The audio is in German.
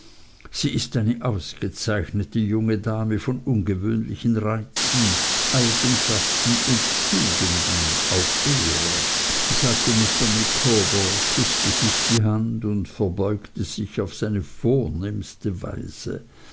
sie ist eine ausgezeichnete junge dame von ungewöhnlichen reizen eigenschaften und tugenden auf ehre sagte mr micawber küßte sich die hand und verbeugte sich auf seine vornehmste weise